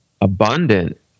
abundant